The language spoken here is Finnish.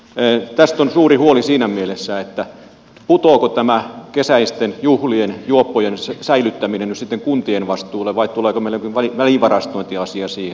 tästä on suuri huoli siinä mielessä putoaako tämä kesäisten juhlien juoppojen säilyttäminen nyt sitten kuntien vastuulle vai tuleeko meille jokin välivarastointiasia siihen